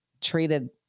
treated